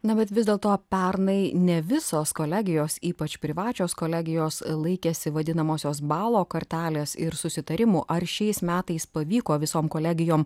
na bet vis dėlto pernai ne visos kolegijos ypač privačios kolegijos laikėsi vadinamosios balo kartelės ir susitarimų ar šiais metais pavyko visom kolegijom